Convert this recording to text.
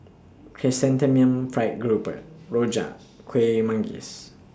Chrysanthemum Fried Grouper Rojak Kuih Manggis